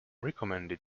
recommended